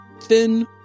thin